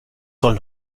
soll